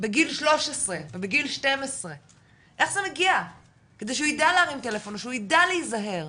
בגיל 13 ובגיל 12 איך זה מגיע כשהוא ידע להרים טלפון ושהוא ידע להיזהר?